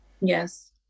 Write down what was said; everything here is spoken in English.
Yes